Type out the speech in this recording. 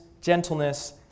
gentleness